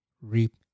reap